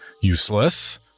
Useless